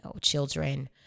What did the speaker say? children